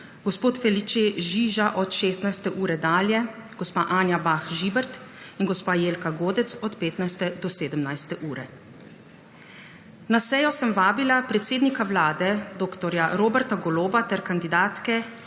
Vrtovec, Felice Žiža od 16. ure dalje, Anja Bah Žibert in Jelka Godec od 15. do 17. ure. Na sejo sem vabila predsednika Vlade dr. Roberta Goloba ter kandidatke